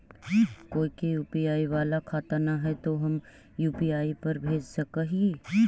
कोय के यु.पी.आई बाला खाता न है तो हम यु.पी.आई पर भेज सक ही?